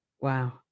Wow